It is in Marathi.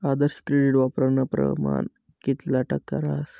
आदर्श क्रेडिट वापरानं परमाण कितला टक्का रहास